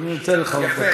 אני רוצה את הדקה הנוספת.